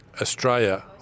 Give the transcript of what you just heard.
Australia